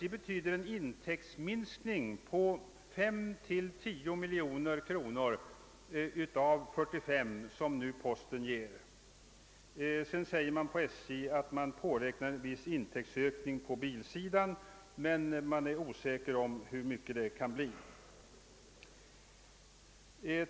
För SJ uppstår en intäktsminskning på 5—10 miljoner av de 45 miljoner kronor som posten nu ger. SJ redovisar vidare en viss beräknad intäktsökning av biltransporter, men man är osäker om hur stor den kan bli.